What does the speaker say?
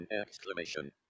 Exclamation